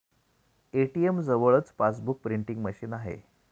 ATM जवळच passbook printing machine आहे